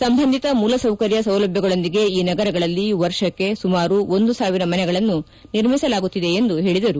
ಸಂಬಂಧಿತ ಮೂಲಸೌಕರ್ಯ ಸೌಲಭ್ವಗಳೊಂದಿಗೆ ಈ ನಗರಗಳಲ್ಲಿ ವರ್ಷಕ್ಕೆ ಸುಮಾರು ಒಂದು ಸಾವಿರ ಮನೆಗಳನ್ನು ನಿರ್ಮಿಸಲಾಗುತ್ತಿದೆ ಎಂದು ಹೇಳಿದರು